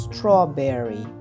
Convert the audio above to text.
Strawberry